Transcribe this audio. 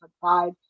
five